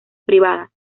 privadas